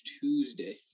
tuesday